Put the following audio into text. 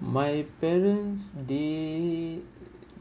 my parents they